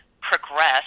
progress